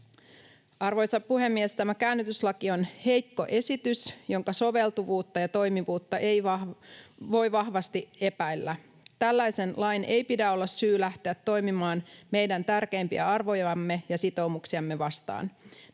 Arvoisa puhemies! Tämä käännytyslaki on heikko esitys, jonka soveltuvuutta ja toimivuutta voi vahvasti epäillä. Tällaisen lain ei pidä olla syy lähteä toimimaan meidän tärkeimpiä arvojamme ja sitoumuksiamme vastaan.